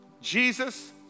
Jesus